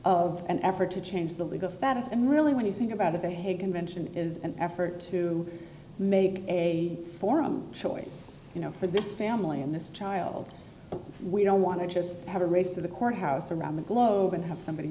of an effort to change the legal status and really when you think about the hague convention is an effort to make a forum choice you know for this family and this child we don't want to just have a race to the courthouse around the globe and have somebody